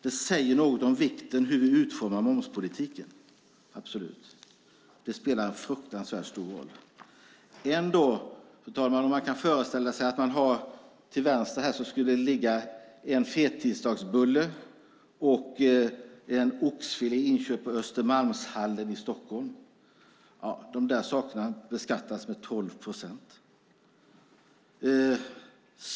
Det säger något om vikten av hur vi utformar momspolitiken. Den spelar en mycket stor roll. Låt oss föreställa oss att det skulle ligga en fettisdagsbulle och en oxfilé inköpt i Östermalmshallen i Stockholm. De sakerna beskattas med 12 procent.